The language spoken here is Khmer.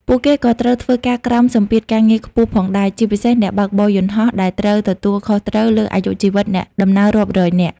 ពួកគេក៏ត្រូវធ្វើការក្រោមសម្ពាធការងារខ្ពស់ផងដែរ ជាពិសេសអ្នកបើកបរយន្តហោះដែលត្រូវទទួលខុសត្រូវលើអាយុជីវិតអ្នកដំណើររាប់រយនាក់។